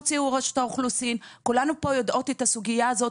רשות האוכלוסין עשתה מחקרים בתחום וכולנו פה מכירות את הסוגיה הזאת.